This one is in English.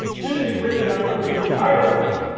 to the degree that i'm a rigid hierarchy,